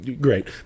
great